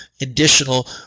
additional